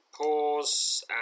Pause